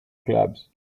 clubs